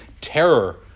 terror